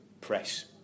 press